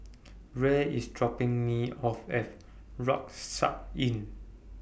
Rey IS dropping Me off At Rucksack Inn